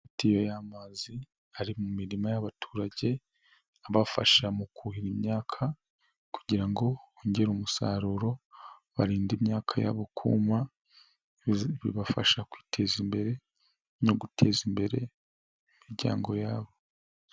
Itiyo y'amazi ari mu mima y'abaturage, abafasha mu kuhira imyaka kugira ngo hongere umusaruro, baririnde imyaka yabo bibafasha kwiteza imbere no guteza imbere imiryango yabo.